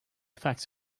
facts